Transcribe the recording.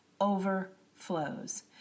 overflows